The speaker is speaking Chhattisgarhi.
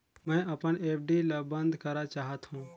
मैं अपन एफ.डी ल बंद करा चाहत हों